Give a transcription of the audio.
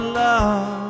love